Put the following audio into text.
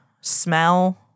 smell